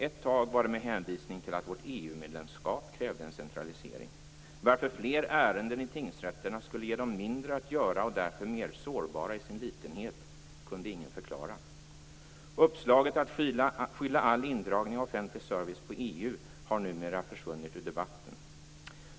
Ett tag var det med hänvisning till att vårt EU medlemskap krävde en centralisering. Varför fler ärenden i tingsrätterna skulle ge dem mindre att göra och därför mer sårbara i sin litenhet kunde ingen förklara. Uppslaget att skylla all indragning av offentlig service på EU har numera försvunnit ur debatten.